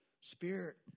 Spirit